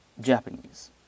Japanese